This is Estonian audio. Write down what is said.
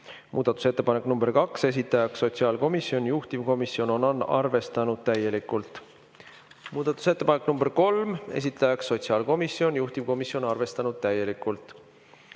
Muudatusettepanek nr 3, esitajaks sotsiaalkomisjon, juhtivkomisjon on arvestanud täielikult. Muudatusettepanek nr 4, esitajaks sotsiaalkomisjon, juhtivkomisjon on arvestanud täielikult.